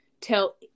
tell